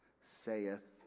saith